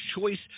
choice